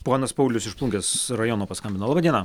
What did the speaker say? ponas paulius iš plungės rajono paskambino laba diena